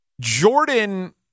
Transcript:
Jordan